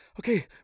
Okay